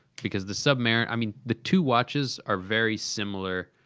because the submar. i mean, the two watches are very similar.